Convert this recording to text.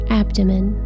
abdomen